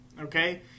okay